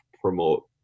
promote